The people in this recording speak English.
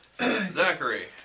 Zachary